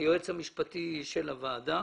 היועץ המשפטי של הוועדה.